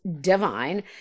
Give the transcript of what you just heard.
divine